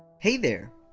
hey there!